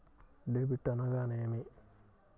Debit అనగానేమి?